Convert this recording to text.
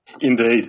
Indeed